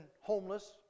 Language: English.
homeless